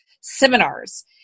seminars